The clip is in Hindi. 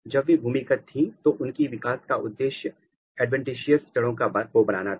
जब बे भूमिगत थी तो उनकी विकास का उद्देश्य एड्वेंटिशियास जोड़ों को बनाना था